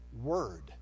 word